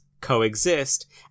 coexist